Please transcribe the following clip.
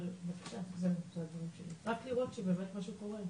אבל רק לראות שבאמת משהו קורה.